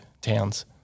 towns